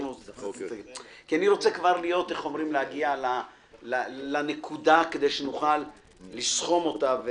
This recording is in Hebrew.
אני רוצה כבר להגיע לנקודה כדי שנוכל לסְכוֹם אותה.